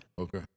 Okay